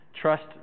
Trust